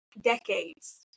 decades